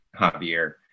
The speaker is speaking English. Javier